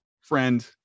friend